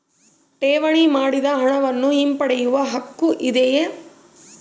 ಠೇವಣಿ ಮಾಡಿದ ಹಣವನ್ನು ಹಿಂಪಡೆಯವ ಹಕ್ಕು ಇದೆಯಾ?